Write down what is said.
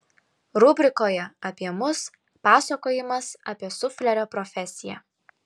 rubrikoje apie mus pasakojimas apie suflerio profesiją